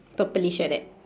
purplish like that